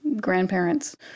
grandparents